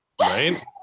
Right